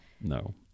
No